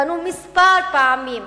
פנו כמה פעמים.